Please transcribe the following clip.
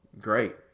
great